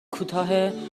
کوتاه